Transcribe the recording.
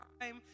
time